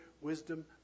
wisdom